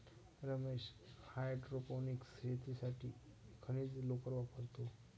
Ramesh hydroponics शेतीसाठी खनिज लोकर वापरतो